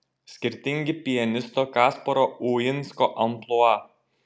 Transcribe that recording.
skirtingi pianisto kasparo uinsko amplua